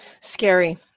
Scary